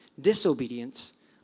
Disobedience